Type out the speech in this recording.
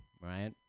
right